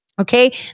Okay